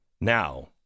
Now